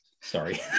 Sorry